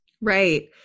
Right